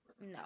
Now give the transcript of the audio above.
no